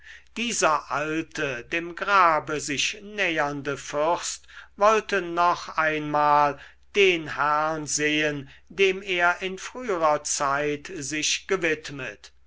dieser alte dem grabe sich nähernde fürst wollte noch einmal den herrn sehen dem er in früherer zeit sich gewidmet